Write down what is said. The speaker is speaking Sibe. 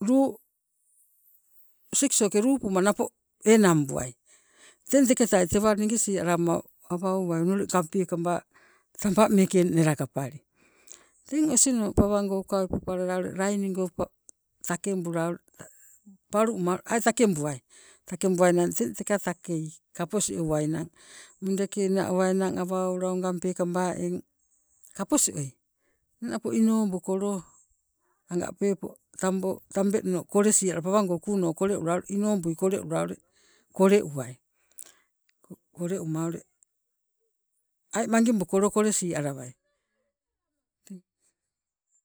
luu siksoke luupuma napo enangbuai. Teng teketai tewa ningi sialama awa ouwai o nee ngang peekaba tamba meeke nelakapali teng osino ukawi popalala laini pa- takebula ule palu ai tangkebuai teka takei kaposi owainang mudekina owainang awa oula awo ngang peekaba eng kaposioi napo inobukolo anga peepo tambo tambeng kolesi alawai anga pawango kuuno kole ula inobui kole uwai. Kole umma ule ai mangibukolo kolesi alawai.